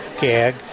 gag